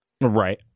Right